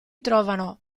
trovano